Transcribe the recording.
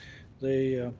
the